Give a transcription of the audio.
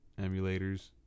emulators